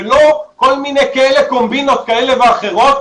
ולא כל מיני קומבינות כאלה ואחרות,